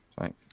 Right